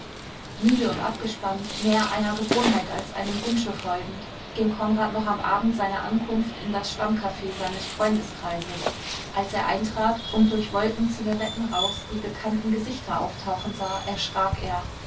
müde und abgespannt mehr einer gewohnheit als einem wunsche folgend ging konrad noch am abend seiner ankunft in das stammcaf seines freundeskreises als er eintrat und durch wolken zigarettenrauchs die bekannten gesichter auftauchen sah erschrak er